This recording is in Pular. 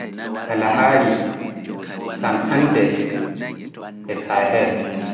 kalahaari, San Andes, e sahel